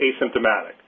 asymptomatic